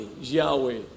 Yahweh